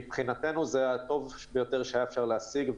מבחינתנו זה הטוב ביותר שהיה אפשר להשיג.